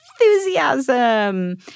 Enthusiasm